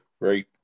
great